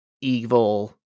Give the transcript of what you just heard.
evil